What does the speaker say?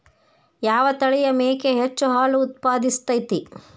ಯಾವ ತಳಿಯ ಮೇಕೆ ಹೆಚ್ಚು ಹಾಲು ಉತ್ಪಾದಿಸತೈತ್ರಿ?